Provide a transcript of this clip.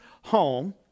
home